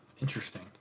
interesting